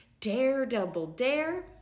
Dare-double-dare